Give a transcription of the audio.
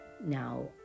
Now